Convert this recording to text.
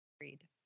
Agreed